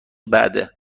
بعده